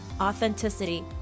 authenticity